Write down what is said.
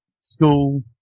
school